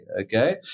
Okay